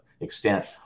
extent